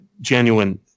genuine